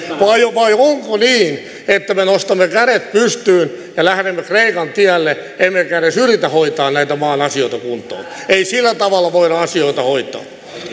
vai onko niin että me nostamme kädet pystyyn ja lähdemme kreikan tielle emmekä edes yritä hoitaa näitä maan asioita kuntoon ei sillä tavalla voida asioita hoitaa